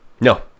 no